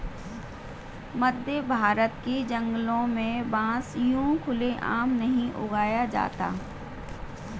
मध्यभारत के जंगलों में बांस यूं खुले आम नहीं उगाया जाता